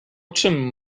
czym